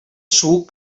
suc